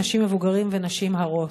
אנשים מבוגרים ונשים הרות.